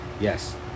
Yes